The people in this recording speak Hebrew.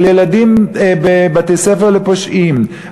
על ילדים בבתי-ספר לפושעים,